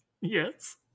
Yes